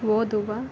ಓದುವ